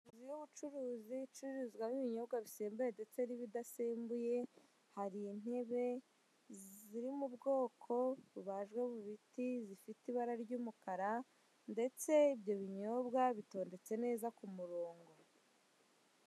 Inzu y'ubucuruzi icuruzwamo ibinyobwa bisembeye ndetse n'ibidasembuye, hari intebe ziri mu bwoko bubajwe mu biti zifite ibara ry'umukara ndetse ibyo binyobwa bitondetse neza ku murongo.